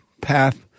path